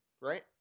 right